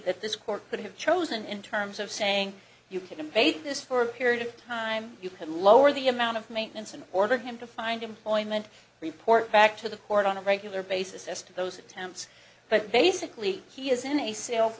that this court could have chosen in terms of saying you can update this for a period of time you could lower the amount of maintenance and ordered him to find employment report back to the court on a regular basis as to those attempts but basically he is in a s